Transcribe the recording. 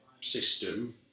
system